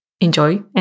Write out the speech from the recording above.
Enjoy